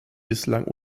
bislang